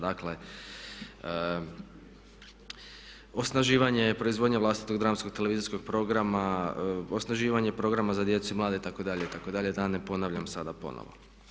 Dakle, osnaživanje, proizvodnja vlastitog dramskog, televizijskog programa, osnaživanje programa za djecu i mlade, itd., da ne ponavljam sada ponovo.